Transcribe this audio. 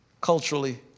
culturally